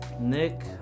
Nick